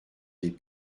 des